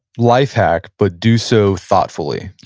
life hack, but do so thoughtfully,